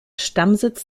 stammsitz